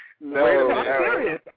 No